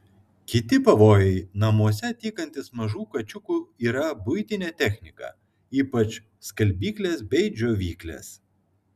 kiti pavojai namuose tykantys mažų kačiukų yra buitinė technika ypač skalbyklės bei džiovyklės